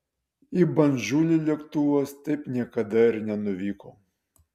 į bandžulį lėktuvas taip niekada ir nenuvyko